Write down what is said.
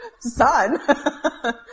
son